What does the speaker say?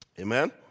Amen